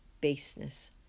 baseness